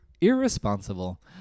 irresponsible